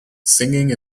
singing